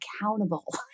accountable